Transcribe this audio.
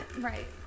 right